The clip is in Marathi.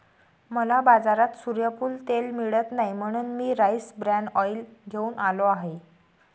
मला बाजारात सूर्यफूल तेल मिळत नाही म्हणून मी राईस ब्रॅन ऑइल घेऊन आलो आहे